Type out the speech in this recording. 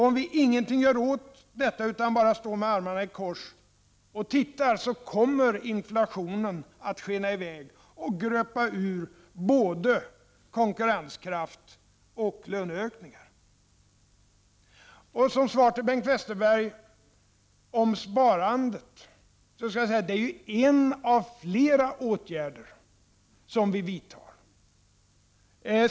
Om vi inte gör någonting åt detta utan bara sitter med armarna i kors, kommer inflationen att skena i väg och gröpa ur både konkurrenskraft och löneökningar. Som svar på Bengt Westerbergs fråga om sparandet vill jag säga att detta är en av flera åtgärder som vi vidtar.